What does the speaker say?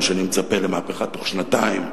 או שאני מצפה למהפכה בתוך שנתיים,